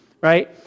right